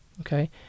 Okay